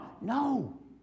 no